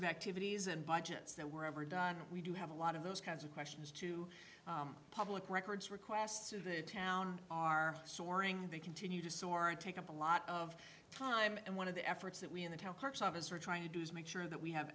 of activities and budgets that were ever done we do have a lot of those kinds of questions to the public records requests of the town are soaring they continue to soar and take up a lot of time and one of the efforts that we in the hearts of us are trying to do is make sure that we have